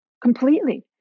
completely